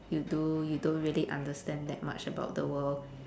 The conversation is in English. you do you don't really understand that much about the world